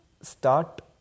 start